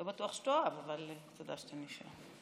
לא בטוח שתאהב, אבל תודה שאתה נשאר.